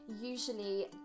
usually